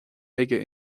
aige